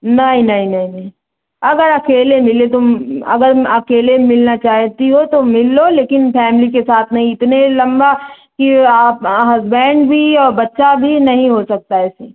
नहीं नहीं नहीं नहीं अगर अकेले मिले तुम अगर अकेले मिलना चाहती हो तो मिल लो लेकिन फ़ैमिली के साथ नहीं इतने लम्बा कि आप हसबैन्ड भी और बच्चा भी नहीं हो सकता है ऐसे